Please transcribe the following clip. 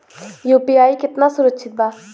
UPI कितना सुरक्षित बा?